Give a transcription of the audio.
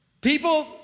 People